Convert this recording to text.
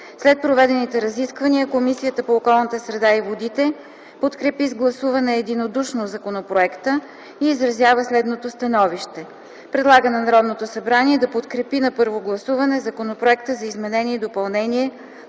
След проведените разискванията, Комисията по околната среда и водите подкрепи с гласуване единодушно законопроекта и изразява следното становище: Предлага на Народното събрание да подкрепи на първо гласуване Законопроект за изменение и допълнение